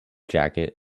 jacket